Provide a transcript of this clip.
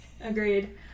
agreed